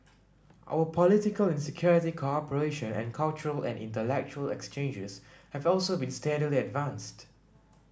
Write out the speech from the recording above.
our political and security cooperation and cultural and intellectual exchanges have also been steadily advanced